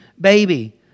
baby